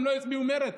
הם לא הצביעו מרצ,